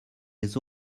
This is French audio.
les